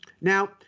Now